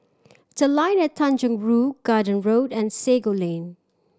The Line at Tanjong Rhu Garden Road and Sago Lane